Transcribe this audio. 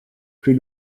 plus